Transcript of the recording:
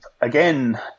again